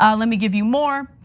um let me give you more.